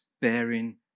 bearing